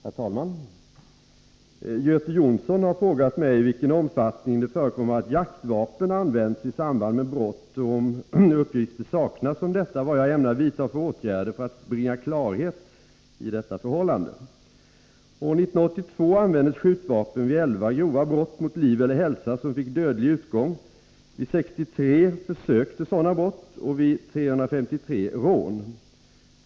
Herr talman! Göte Jonsson har frågat mig i vilken omfattning det förekommer att jaktvapen används i samband med brott och — om uppgifter saknas om detta — vad jag ämnar vidta för åtgärder för att bringa klarhet i detta förhållande. År 1982 användes skjutvapen vid 11 grova brott mot liv eller hälsa som fick dödlig utgång, vid 63 försök till sådana brott och vid 353 rån.